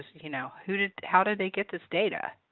you know, who did how did they get this data?